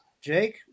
Jake